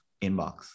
inbox